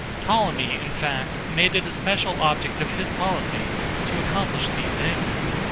ptolemy, in fact, made it a special object of his policy to accomplish these ends.